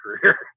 career